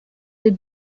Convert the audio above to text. der